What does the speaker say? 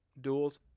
duels